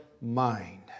mind